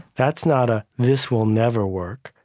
that's not a this will never work.